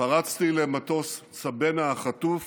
פרצתי למטוס סבנה החטוף